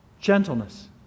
gentleness